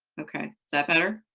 okay. is that better?